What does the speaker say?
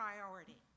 priority